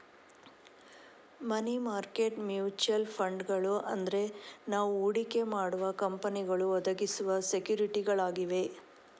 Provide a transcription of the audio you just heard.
ಮನಿ market mutual ಫಂಡುಗಳು ಅಂದ್ರೆ ನಾವು ಹೂಡಿಕೆ ಮಾಡುವ ಕಂಪನಿಗಳು ಒದಗಿಸುವ ಸೆಕ್ಯೂರಿಟಿಗಳಾಗಿವೆ